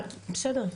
בסדר,